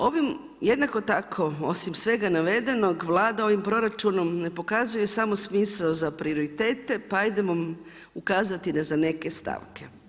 Ovim jednako tako osim svega navedenog Vlada ovim proračunom ne pokazuje samo smisao za prioritete, pa ajdemo ukazati za neke stavke.